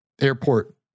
airport